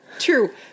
True